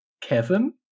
Kevin